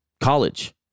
college